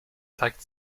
zeigt